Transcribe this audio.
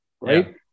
right